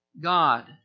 God